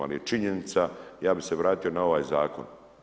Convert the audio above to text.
Ali je činjenica ja bih se vratio na ovaj zakon.